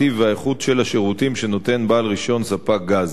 הטיב והאיכות של השירותים שנותן בעל רשיון ספק גז.